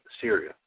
Syria